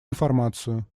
информацию